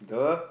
the